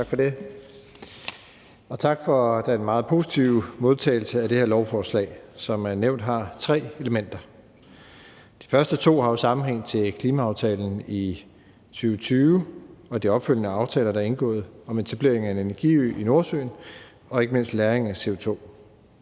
Tak for det, og tak for den positive modtagelse af det her lovforslag, der som nævnt har tre elementer. De første to har jo sammenhæng med klimaaftalen i 2020 og de opfølgende aftaler, der er indgået, om etablering af en energiø i Nordsøen og ikke mindst om lagring af CO2.